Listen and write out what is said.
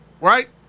right